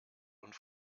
und